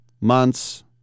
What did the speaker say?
months